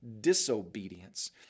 disobedience